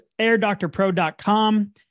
AirDoctorPro.com